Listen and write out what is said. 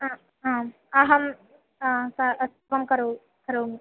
हा आम् अहं सर्वं करोमि करोमि